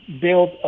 build